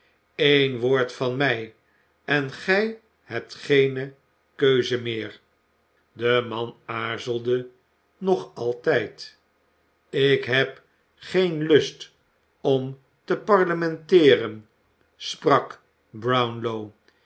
een woord van mij en gij hebt geene keuze meer de man aarzelde nog altijd ik heb geen lust om te parlementeeren